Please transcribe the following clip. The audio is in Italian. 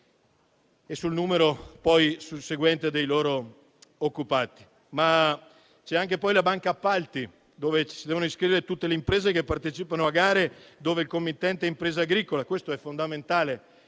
e sul numero susseguente dei loro occupati. C'è poi la banca appalti, alla quale si devono iscrivere tutte le imprese che partecipano a gare dove il committente è impresa agricola. Questo è fondamentale